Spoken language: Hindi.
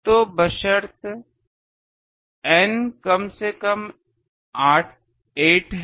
तो बशर्ते N कम से कम 8 है जो विशिष्ट है